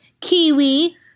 kiwi